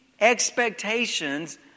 expectations